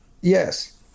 Yes